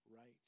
right